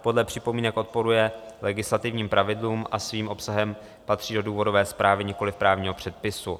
Podle připomínek to odporuje legislativním pravidlům a svým obsahem to patří do důvodové zprávy, nikoliv právního předpisu.